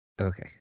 Okay